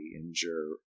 injure